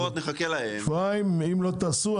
אבל אם לא תעשו,